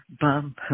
bum